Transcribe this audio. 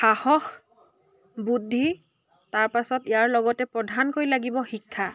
সাহস বুদ্ধি তাৰপাছত ইয়াৰ লগতে প্ৰধানকৈ লাগিব শিক্ষা